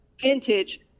vintage